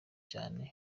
cyane